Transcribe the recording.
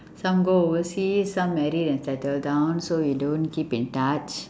some go overseas some married and settle down so we don't keep in touch